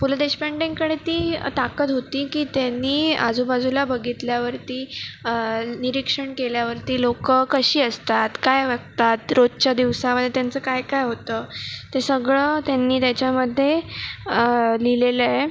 पुलं देशपांडेंकडे ती ताकद होती की त्यांनी आजूबाजूला बघितल्यावरती निरीक्षण केल्यावरती लोकं कशी असतात काय वागतात रोजच्या दिवसामध्ये त्यांचं काय काय होतं ते सगळं त्यांनी त्याच्यामध्ये लिहिलेलं आहे